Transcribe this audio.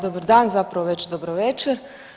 Dobar dan zapravo već dobro večer!